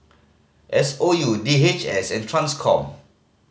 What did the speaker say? S O U D H S and Transcom